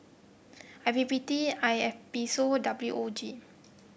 I P P T I A P O S W O G